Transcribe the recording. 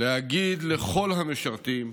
להגיד לכל המשרתים,